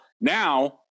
now